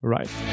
Right